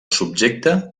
subjecte